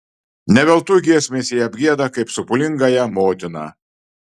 ne veltui giesmės ją apgieda kaip sopulingąją motiną